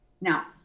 Now